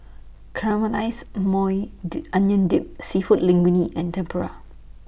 Caramelized Maui Di Onion Dip Seafood Linguine and Tempura